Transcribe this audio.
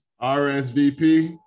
RSVP